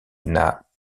n’a